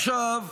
עכשיו,